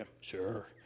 sure